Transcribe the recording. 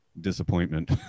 disappointment